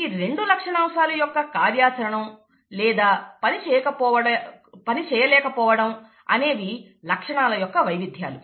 ఈ రెండు లక్షణాంశాలు యొక్క కార్యాచరణం లేదా పని చేయలేక పోవడం అనేవి లక్షణాల యొక్క వైవిధ్యాలు